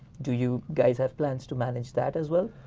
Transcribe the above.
do you guys have plans to manage that as well?